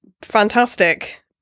fantastic